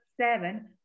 seven